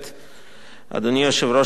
אדוני יושב-ראש האופוזיציה,